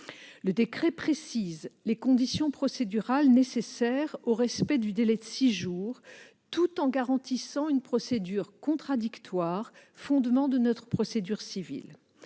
Le décret précise les conditions procédurales nécessaires au respect du délai de six jours tout en garantissant une procédure contradictoire, fondement de notre procédure civile.